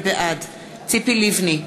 בעד ציפי לבני,